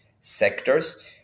sectors